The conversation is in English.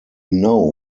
know